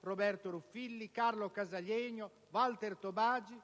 Roberto Ruffilli, Carlo Casalegno, Walter Tobagi),